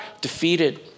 defeated